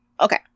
Okay